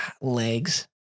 Legs